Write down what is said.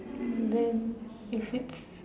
then it's